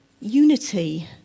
unity